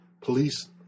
police